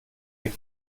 der